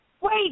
Wait